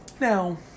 Now